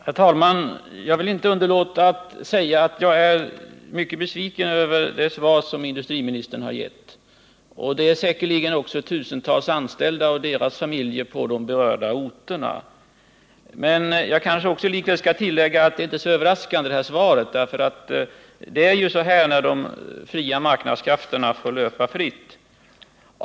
Herr talman! Jag vill inte underlåta att säga att jag är mycket besviken över det svar som industriministern har gett. Det är säkerligen också tusentals anställda och deras familjer på de berörda orterna. Jag kanske också skall tillägga att svaret inte är överraskande — det är ju så här när de fria marknadskrafterna får löpa fritt.